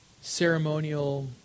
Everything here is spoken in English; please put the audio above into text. ceremonial